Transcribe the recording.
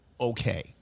okay